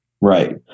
Right